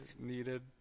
needed